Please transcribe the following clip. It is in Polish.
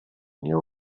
nie